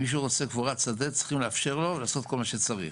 מי שרוצה קבורת שדה צריכים לאפשר לו לעשות כל מה שצריך.